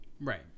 Right